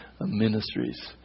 ministries